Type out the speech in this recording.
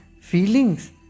feelings